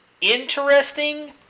Interesting